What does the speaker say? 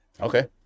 Okay